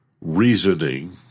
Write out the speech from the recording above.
reasoning